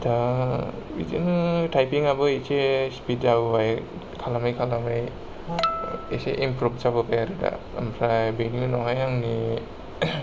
दा बिदिनो टाइपिङाबो एसे स्पिड जाबोबाय खालामै खालामै एसे इमप्रुब जाबोबाय आरो दा ओमफ्राय बेनि उनावहाय आंनि